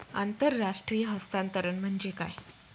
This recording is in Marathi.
आंतरराष्ट्रीय हस्तांतरण म्हणजे काय?